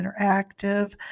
interactive